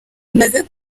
imaze